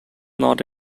not